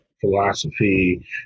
philosophy